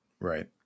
Right